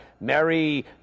Mary